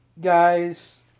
guys